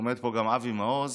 עומד כאן גם אבי מעוז,